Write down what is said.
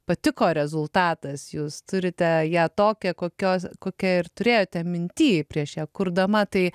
patiko rezultatas jūs turite ją tokią kokios kokia ir turėjote minty prieš ją kurdama tai